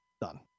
Done